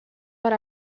per